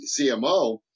CMO